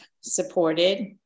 supported